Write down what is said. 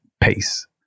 pace